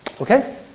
Okay